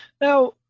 Now